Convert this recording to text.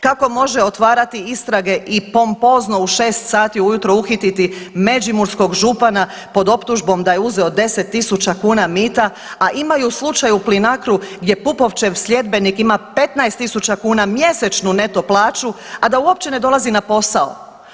Kako može otvarati istrage i pompozno u 6 sati ujutro uhititi međimurskog župana pod optužbom da je uzeo 10 tisuća kuna mita, a imaju slučaj u Plinacro-u gdje Pupovčev sljedbenik ima 15 tisuća kuna mjesečnu neto plaća a da uopće ne dolazi na posao?